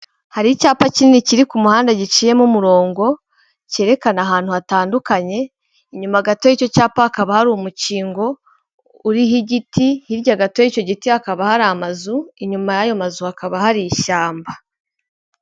Hari icyapa kinini kiri ku muhanda giciyemo umurongo, cyerekana ahantu hatandukanye, inyuma gato y'icyo cyapa hakaba hari umukingo uriho igiti, hirya gato y'icyo giti hakaba hari amazu, inyuma y'ayo mazu hakaba hari ishyamba.